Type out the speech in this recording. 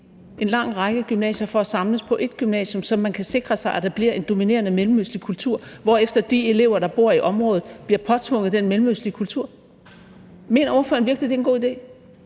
en lang række gymnasier for at samles på ét gymnasium, så man kan sikre sig, at der bliver en dominerende mellemøstlig kultur, hvorefter de elever, der bor i området, bliver påtvunget den mellemøstlig kultur? Mener ordføreren virkelig, det er en god idé?